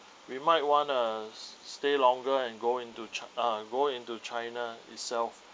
we might want uh stay longer and go into chi~ uh go into china itself